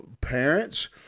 parents